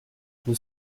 nous